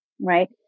right